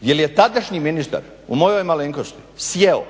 Jer je tadašnji ministar u mojoj malenkosti sjeo